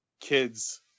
kids